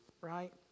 Right